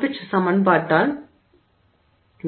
hall Petch சமன்பாட்டால்